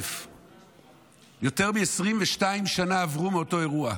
יותר מ-22 שנה עברו מאותו אירוע.